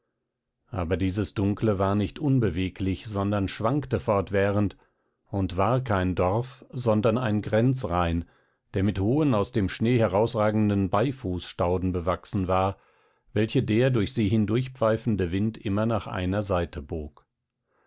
aber dieses dunkle war nicht unbeweglich sondern schwankte fortwährend und war kein dorf sondern ein grenzrain der mit hohen aus dem schnee herausragenden beifußstauden bewachsen war welche der durch sie hindurchpfeifende wind immer nach einer seite bog